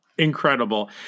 Incredible